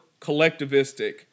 collectivistic